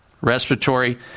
respiratory